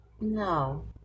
No